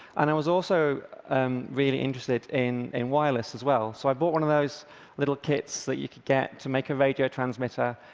and i was also um really interested in in wireless as well. so i bought one of those little kits that you could get to make a radio transmitter,